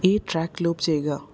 ഈ track loop ചെയ്യുക